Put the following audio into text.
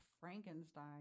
Frankenstein